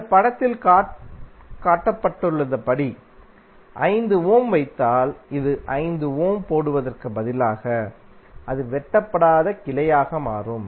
இந்த படத்தில் காட்டப்பட்டுள்ளபடி 5 ஓம் வைத்தால் இது 5 ஓம் போடுவதற்கு பதிலாக அது வெட்டப்படாத கிளையாக மாறும்